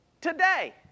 today